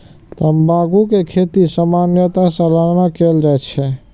तंबाकू के खेती सामान्यतः सालाना कैल जाइ छै